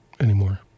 anymore